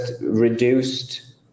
reduced